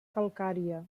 calcària